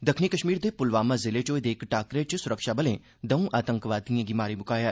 दक्खनी कश्मीर दे प्लवामा जिले च होए दे इक टाक्करे च स्रक्षाबले दौं आतंकवादिएं गी मारी मुकाया